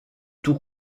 tout